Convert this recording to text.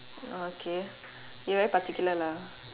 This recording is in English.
okay you very particular lah